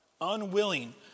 unwilling